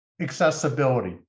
accessibility